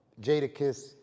Jadakiss